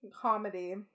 Comedy